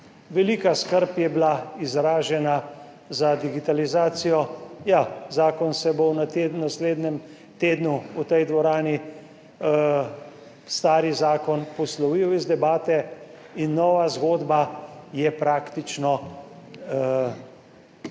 Velika skrb je bila izražena za digitalizacijo. Ja, zakon se bo v naslednjem tednu v tej dvorani stari zakon poslovil iz debate in nova zgodba je praktično že